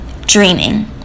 Dreaming